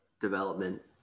development